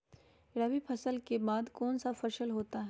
रवि फसल के बाद कौन सा फसल होता है?